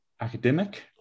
Academic